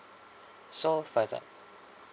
so for